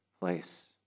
place